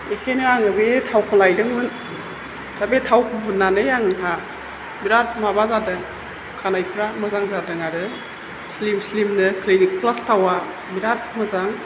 बेखायनो आङो बे थावखौ लायदोंमोन दा बे थावखौ फुननानै आंहा बिराथ माबा जादों खानायफ्रा मोजां जादों आरो स्लिम स्लिमनो ख्लिनिक फ्लास थावा बिराथ मोजां